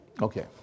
Okay